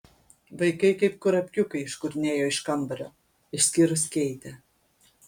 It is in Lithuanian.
vaikai kaip kurapkiukai iškurnėjo iš kambario išskyrus keitę